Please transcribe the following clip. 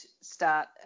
start